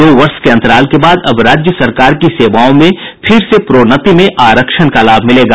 दो वर्ष के अन्तराल के बाद अब राज्य सरकार की सेवाओं में फिर से प्रोन्नति में आरक्षण का लाभ मिलेगा